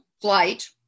Flight